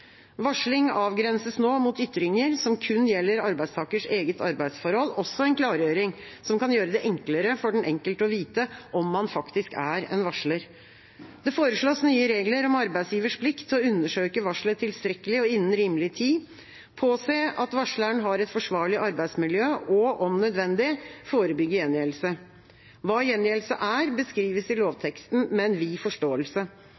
Varsling avgrenses mot ytringer som kun gjelder arbeidstakers eget arbeidsforhold – også en klargjøring som kan gjøre det enklere for den enkelte å vite om man faktisk er en varsler. Det foreslås nye regler om arbeidsgivers plikt til å undersøke varselet tilstrekkelig og innen rimelig tid, påse at varsleren har et forsvarlig arbeidsmiljø og om nødvendig forebygge gjengjeldelse. Hva gjengjeldelse er, beskrives i lovteksten med en vid forståelse.